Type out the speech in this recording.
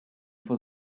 for